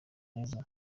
nizzo